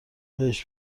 بهش